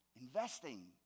Investing